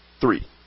three